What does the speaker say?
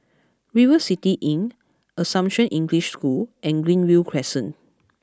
River City Inn Assumption English School and Greenview Crescent